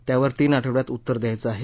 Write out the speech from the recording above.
त्यावर तीन आठवडयात उत्तर दयायचं आहे